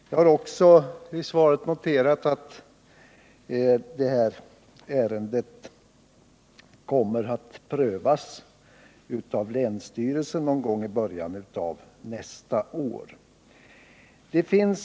Som framgår av interpellationssvaret kommer ärendet att prövas av länsstyrelsen någon gång i början av nästa år.